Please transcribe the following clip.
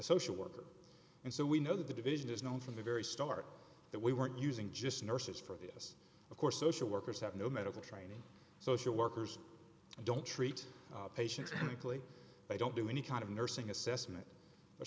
social worker and so we know that the division is known from the very start that we weren't using just nurses for us of course social workers have no medical training social workers don't treat patients manically they don't do any kind of nursing assessment or